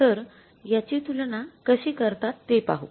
तर याची तुलना कशी करतात ते पाहू